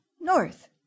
North